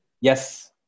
Yes